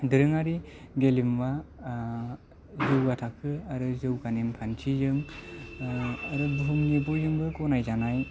दोरोङारि गेलेमुवा जौगा थाखो आरो जौगा नेमखान्थिजों आरो बुहुमनि बयनिबो गनायजानाय